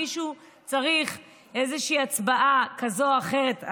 מישהו צריך איזו הצבעה כזאת או אחרת,